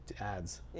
ads